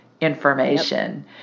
information